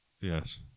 Yes